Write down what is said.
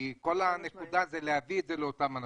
כל הנקודה היא להביא את זה לידיעת אותם אנשים.